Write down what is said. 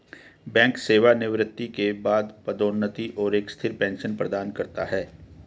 bank सेवानिवृत्ति के बाद पदोन्नति और एक स्थिर पेंशन प्रदान करता है